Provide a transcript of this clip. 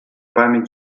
память